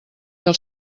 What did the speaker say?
els